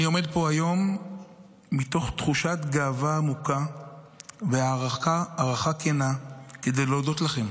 אני עומד פה היום מתוך תחושת גאווה עמוקה והערכה כנה כדי להודות לכם,